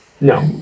No